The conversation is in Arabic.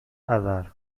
آذار